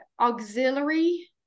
auxiliary